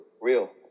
real